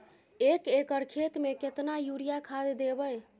एक एकर खेत मे केतना यूरिया खाद दैबे?